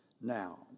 now